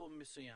בתחום מסוים.